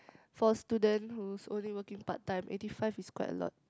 for a student who's only working part time eighty five is quite a lot